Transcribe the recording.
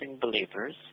believers